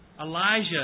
Elijah